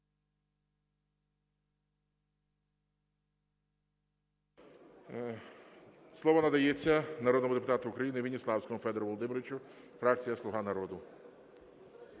Слово надається народному депутату України Веніславському Федору Володимировичу, фракція "Слуга народу".